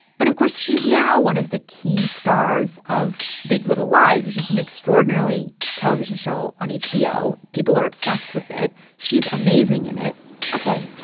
but, of course, she's now one of the key stars of big little lies, which is an extraordinarily television show on hbo. people are obsessed with it. she's amazing in it ok,